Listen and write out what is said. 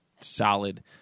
solid